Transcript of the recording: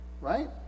right